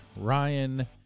Ryan